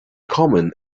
common